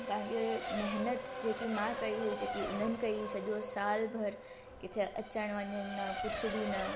का हीअ महिनत जेकि मां कई हुई जेकि उन्हनि कई सॼो साल भर काथे अचण वञण न कुझु बि न